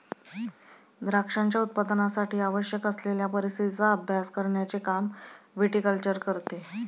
द्राक्षांच्या उत्पादनासाठी आवश्यक असलेल्या परिस्थितीचा अभ्यास करण्याचे काम विटीकल्चर करते